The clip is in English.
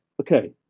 Okay